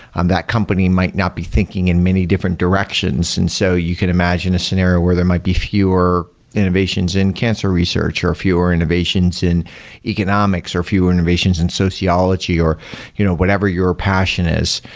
um that company might not be thinking in many different directions. and so you can imagine a scenario where there might be fewer innovations in cancer research or fewer innovations in economics or fewer innovations in sociology or you know whatever your passion is.